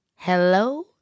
Hello